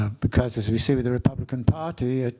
ah because as we see with the republican party, ah